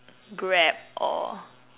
Grab or